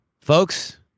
Folks